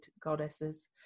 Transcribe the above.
Goddesses